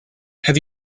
have